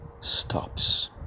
stops